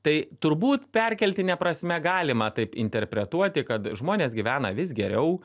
tai turbūt perkeltine prasme galima taip interpretuoti kad žmonės gyvena vis geriau